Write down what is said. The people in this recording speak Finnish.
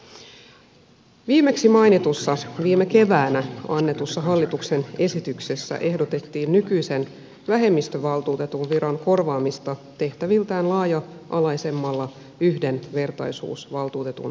viimeksi mainitussa viime keväänä annetussa hallituksen esityksessä ehdotettiin nykyisen vähemmistövaltuutetun viran korvaamista tehtäviltään laaja alaisemmalla yhdenvertaisuusvaltuutetun viralla